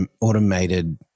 automated